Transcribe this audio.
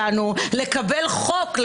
מאוד סבירה כדי שהם לא יפריעו לנו לקבל חוק,